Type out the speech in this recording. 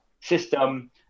system